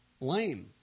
lame